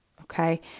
okay